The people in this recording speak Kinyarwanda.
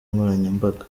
nkoranyambaga